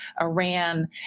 Iran